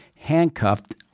handcuffed